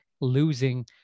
losing